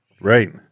Right